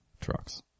trucks